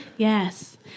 Yes